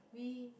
we